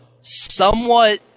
somewhat